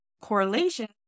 correlation